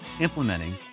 implementing